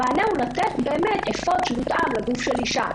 המענה הוא לתת אפוד שמותאם לגוף של אישה.